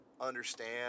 understand